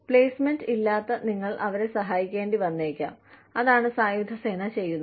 placement ഇല്ലാതെ നിങ്ങൾ അവരെ സഹായിക്കേണ്ടി വന്നേക്കാം അതാണ് സായുധ സേന ചെയ്യുന്നത്